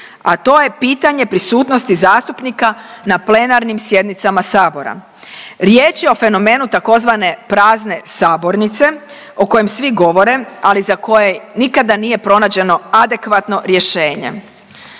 a to je pitanje prisutnosti zastupnika na plenarnim sjednicama Sabora. Riječ je o fenomenu tzv. prazne sabornice, o kojem svi govore, ali za koje nikada nije pronađeno adekvatno rješenje.